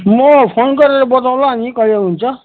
म फोन गरेर बताउँला नि कहिले हुन्छ